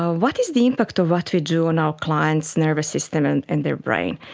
ah what is the impact of what we do on our clients' nervous system and and their brain?